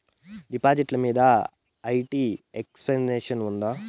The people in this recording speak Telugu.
డిపాజిట్లు మీద ఐ.టి ఎక్సెంప్షన్ ఉందా?